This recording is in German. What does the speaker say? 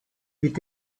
mit